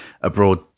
abroad